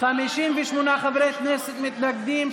58 חברי כנסת מתנגדים,